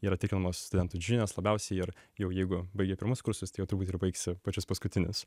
yra tikrinamos studentų žinios labiausiai ir jau jeigu baigė pirmus kursus tai jau turbūt ir baigs pačius paskutinius